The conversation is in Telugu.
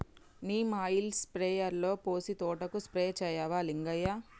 నీమ్ ఆయిల్ స్ప్రేయర్లో పోసి తోటకు స్ప్రే చేయవా లింగయ్య